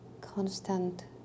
Constant